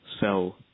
sell